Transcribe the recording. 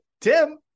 Tim